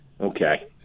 Okay